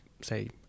say